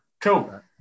cool